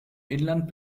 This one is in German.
inland